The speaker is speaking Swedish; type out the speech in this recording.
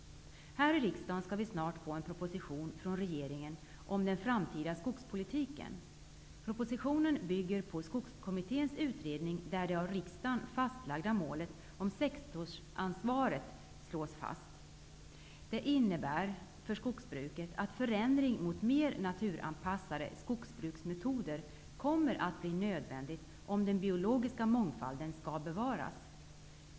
Här i riksdagen skall vi snart få en proposition från regeringen om den framtida skogspolitiken. Propositionen bygger på Skogskommitténs utredning, där det av riksdagen fastlagda målet om sektorsansvar slås fast. Det innebär för skogsbruket att en förändring mot mer naturanpassade skogsbruksmetoder kommer att bli nödvändig, om den biologiska mångfalden skall bevaras.